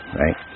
right